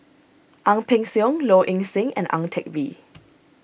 Ang Peng Siong Low Ing Sing and Ang Teck Bee